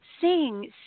sing